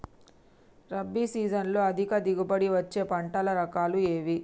రబీ సీజన్లో అధిక దిగుబడి వచ్చే పంటల రకాలు ఏవి?